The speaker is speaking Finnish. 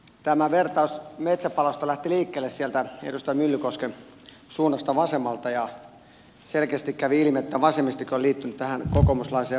tämä vertaus metsäpalosta lähti liikkeelle sieltä edustaja myllykosken suunnasta vasemmalta ja selkeästi kävi ilmi että vasemmistokin on liittynyt tähän kokoomuslaiseen vapaapalokuntaan